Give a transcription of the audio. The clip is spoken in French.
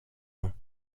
ans